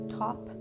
top